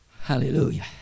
Hallelujah